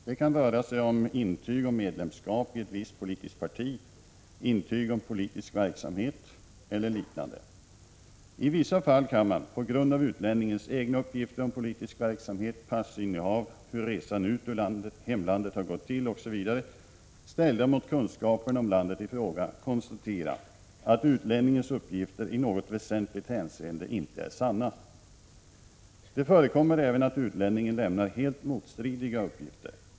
Det kan röra sig om intyg om medlemskap i ett visst politiskt parti, intyg om politisk verksamhet eller liknande, I vissa fall kan man — på grund av utlänningens egna uppgifter om politisk verksamhet, passinnehav, hur resan ut ur hemlandet har gått till osv., ställda mot kunskaperna om landet i fråga — konstatera att utlänningens uppgifter i något väsentligt hänseende inte är sanna. Det förekommer även att utlänningen lämnar helt motstridiga uppgifter.